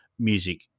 music